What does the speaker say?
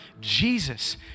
Jesus